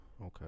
Okay